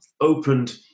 opened